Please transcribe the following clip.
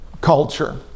culture